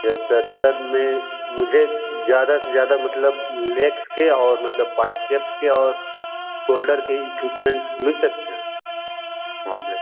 yes sir sir मैं मुझे ज़्यादा से ज़्यादा मतलब लेग्स के और मतलब बाइसेप्स के और शोल्डर के ही इक्विपमेंट मिल सकते हैं वहाँ पर